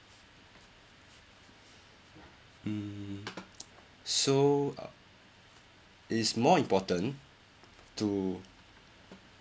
mm so uh it is more important to